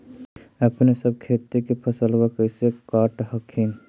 अपने सब खेती के फसलबा कैसे काट हखिन?